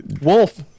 wolf